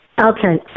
Okay